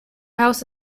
house